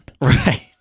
Right